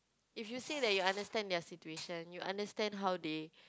if you say that you understand their situation you understand how they